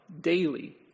daily